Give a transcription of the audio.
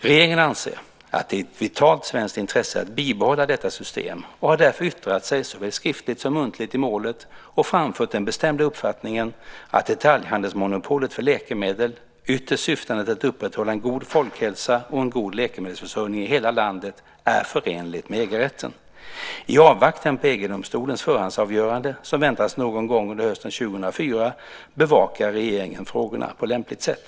Regeringen anser att det är ett vitalt svenskt intresse att bibehålla detta system och har därför yttrat sig såväl skriftligt som muntligt i målet och framfört den bestämda uppfattningen att detaljhandelsmonopolet för läkemedel, ytterst syftande till att upprätthålla en god folkhälsa och en god läkemedelsförsörjning i hela landet, är förenligt med EG-rätten. I avvaktan på EG-domstolens förhandsavgörande, som väntas någon gång under hösten 2004, bevakar regeringen frågorna på lämpligt sätt.